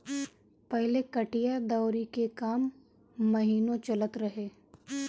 पहिले कटिया दवरी के काम महिनो चलत रहे